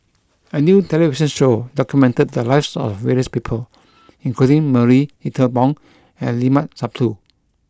a new television show documented the lives of various people including Marie Ethel Bong and Limat Sabtu